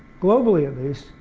globally at least,